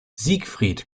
siegfried